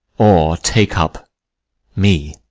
or take up me.